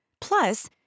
Plus